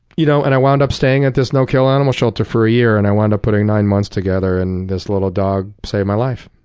you know and i would up staying at this no-kill animal shelter for a year, and i wound up putting nine months together. and this little dog saved my life.